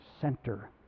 center